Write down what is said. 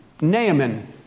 Naaman